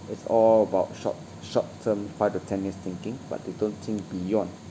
it's all about short short term five to ten years thinking but they don't think beyond